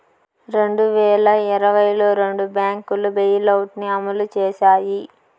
రెండు వేల ఇరవైలో రెండు బ్యాంకులు బెయిలౌట్ ని అమలు చేశాయి